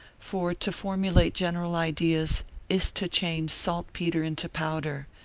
for to formulate general ideas is to change saltpeter into powder,